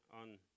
on